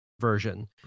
version